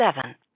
seven